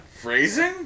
Phrasing